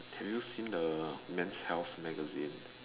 have you seen the men's health magazine